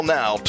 now